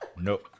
No